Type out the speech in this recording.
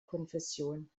konfession